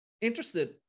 interested